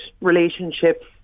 relationships